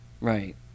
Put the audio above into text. right